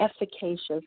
efficacious